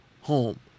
home